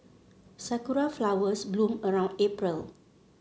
sakura flowers bloom around April